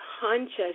conscious